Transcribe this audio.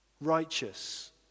Righteous